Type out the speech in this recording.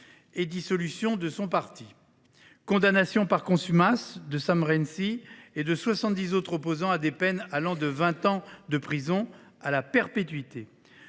et dissolution de son parti ; condamnation par contumace de Sam Rainsy et de soixante dix autres opposants à des peines allant de vingt ans de prison à la perpétuité